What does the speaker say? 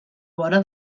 vora